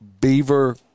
Beaver